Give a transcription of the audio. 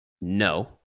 No